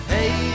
Hey